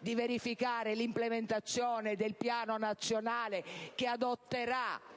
- di verificare l'implementazione del Piano nazionale che adotterà, perché le